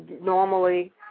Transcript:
normally